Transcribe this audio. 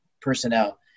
personnel